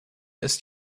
ist